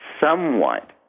somewhat